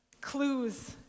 clues